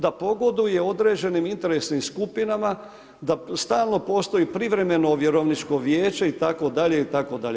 Da pogoduje određenim interesnim skupinama, da stalno postoji privremeno vjerovničko vijeće itd. itd.